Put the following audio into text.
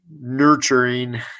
nurturing